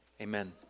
Amen